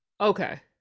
Okay